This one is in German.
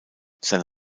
seine